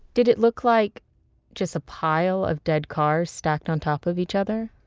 did it look like just a pile of dead cars stacked on top of each other?